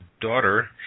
daughter